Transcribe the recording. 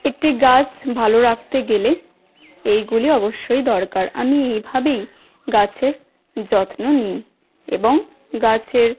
একটি গাছ ভালো রাখতে গেলে এইগুলি অবশ্যই দরকার আমি এভাবেই গাছের যত্ন নিই এবং গাছের